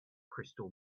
crystal